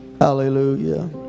Hallelujah